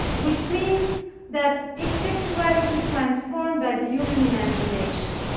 which means that it's sexuality transformed by the human imagination.